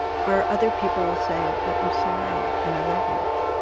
or other people will say, well, i'm sorry, and i love you.